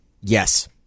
Yes